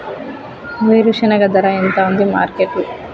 వేరుశెనగ ధర ఎంత ఉంది మార్కెట్ లో?